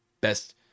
best